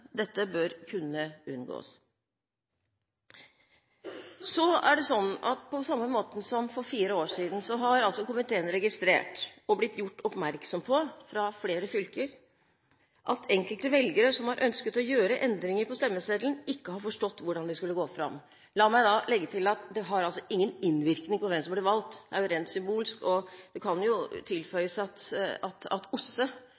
Dette bør kunne unngås. På samme måten som for fire år siden har komiteen registrert, og blitt gjort oppmerksom på fra flere fylker, at enkelte velgere som har ønsket å gjøre endringer på stemmeseddelen, ikke har forstått hvordan de skulle gå fram. La meg legge til at det ikke har noen innvirkning på hvem som ble valgt, dette er rent symbolsk. Det kan tilføyes at OSSE og deres valgobservatører mener at så lenge dette ikke har innvirkning, er det